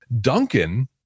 Duncan